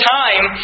time